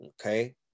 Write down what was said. Okay